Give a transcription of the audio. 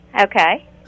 Okay